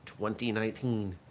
2019